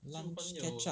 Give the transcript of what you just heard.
lunch catch up